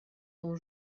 dont